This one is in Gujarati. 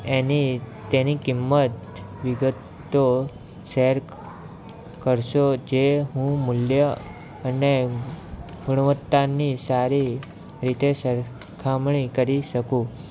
એની તેની કિંમત વિગતો શેર કરશો જે હું મૂલ્ય અને ગુણવતાની સારી રીતે સરખામણી કરી શકું